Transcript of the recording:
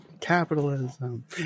Capitalism